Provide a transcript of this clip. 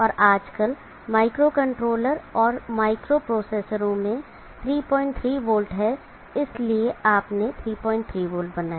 और आजकल माइक्रोकंट्रोलर और माइक्रोप्रोसेसरों में 33 वोल्ट हैं और इसलिए आपने 33 वोल्ट बनाया